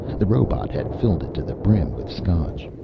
the robot had filled it to the brim with scotch.